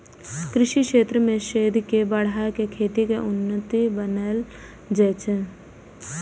कृषि क्षेत्र मे शोध के बढ़ा कें खेती कें उन्नत बनाएल जाइ छै